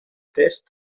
test